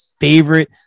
favorite